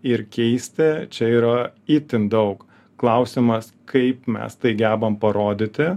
ir keisti čia yra itin daug klausimas kaip mes tai gebam parodyti